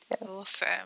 Awesome